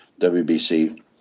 WBC